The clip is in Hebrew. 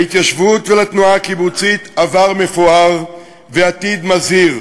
להתיישבות ולתנועה הקיבוצית עבר מפואר ועתיד מזהיר,